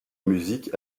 musique